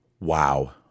wow